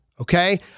Okay